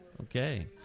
Okay